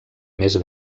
més